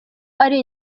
ari